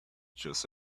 just